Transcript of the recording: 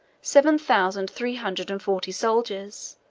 seven thousand three hundred and forty soldiers,